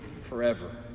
forever